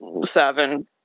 seven